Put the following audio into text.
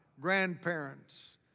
grandparents